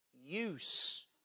use